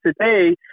today